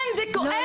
כן, זה כואב.